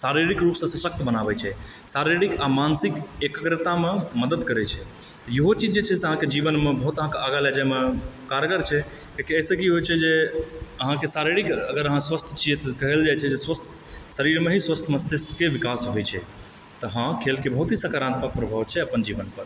शारीरिक रूपसँ सशक्त बनाबै छै शारीरिक आ मानसिक एकग्रतामे मदद करै छै इहो चीज जे छै अहाँक जीवनमे बहुत अहाँकेॅं आगा लए जाइमे कारगर छै लेकिन एहिसँ की होइ छै जे अहाँके शारीरिक अगर अहाँ स्वस्थ छियै तऽ कहल जाइ छै स्वस्थ शरीरमे ही स्वस्थ मस्तिष्क के विकास होइ छै तऽ हाँ खेलके बहुत ही सकरात्मक प्रभाव छै अपन जीवन पर